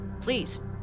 please